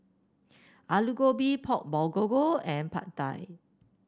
Alu Gobi Pork Bulgogi and Pad Thai